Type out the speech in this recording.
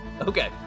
Okay